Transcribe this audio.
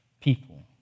people